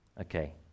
Okay